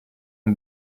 ont